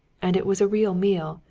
and it was a real meal,